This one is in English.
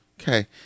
Okay